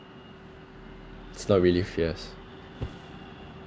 it's not really fears